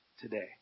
today